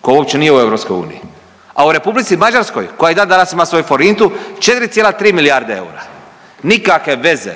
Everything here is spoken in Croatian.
koja uopće nije u EU, a u Republici Mađarskoj koja i dan danas ima svoju forintu 4,3 milijarde eura. Nikakve veze